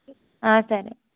సరే